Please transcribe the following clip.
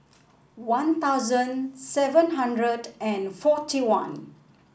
One Thousand seven hundred and forty one